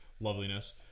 loveliness